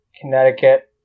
Connecticut